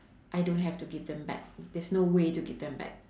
I don't have to give them back there's no way to give them back